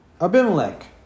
Abimelech